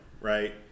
right